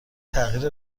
تغییر